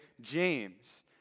James